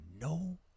no